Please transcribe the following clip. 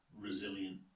resilient